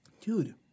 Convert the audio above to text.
Dude